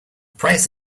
price